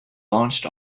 launched